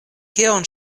kion